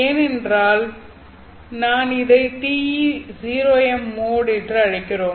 ஏனென்றால் நாம் இதை TE0m மோட் என்று அழைக்கிறோம்